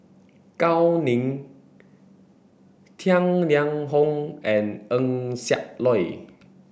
Gao Ning Tang Liang Hong and Eng Siak Loy